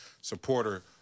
supporter